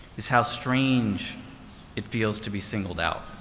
is how strange it feels to be singled out.